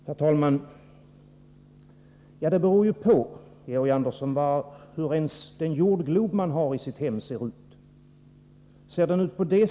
Herr talman! Det beror på, Georg Andersson, hur den jordglob som man har i sitt hem ser ut.